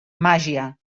màgia